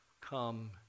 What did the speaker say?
come